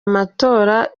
amatora